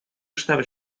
estava